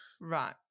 right